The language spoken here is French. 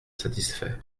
satisfait